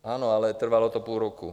Ano, ale trvalo to půl roku.